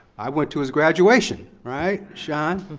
i went to his graduation, right, sean?